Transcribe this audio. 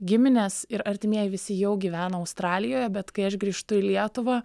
giminės ir artimieji visi jau gyvena australijoje bet kai aš grįžtu į lietuvą